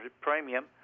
premium